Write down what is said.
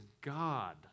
God